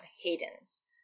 Hayden's